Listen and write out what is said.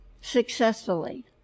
successfully